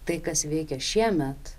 tai kas veikia šiemet